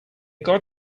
god